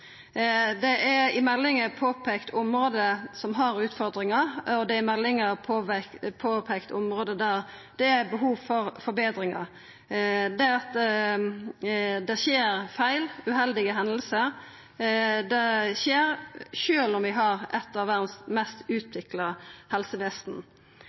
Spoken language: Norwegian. Det er i meldinga påpeikt område som har utfordringar, og område der det er behov for forbetringar. Feil og uheldige hendingar skjer sjølv om vi har eit av verdas mest